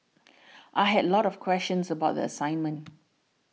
I had lot of questions about the assignment